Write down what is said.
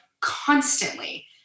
constantly